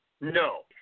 no